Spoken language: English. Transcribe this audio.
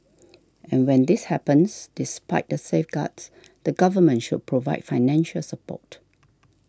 and when this happens despite the safeguards the Government should provide financial support